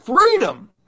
freedom